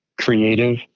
creative